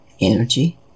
energy